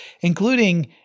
including